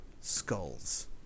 Skulls